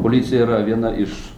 policija yra viena iš